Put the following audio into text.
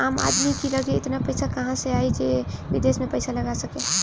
आम आदमी की लगे एतना पईसा कहवा से आई जे विदेश में पईसा लगा सके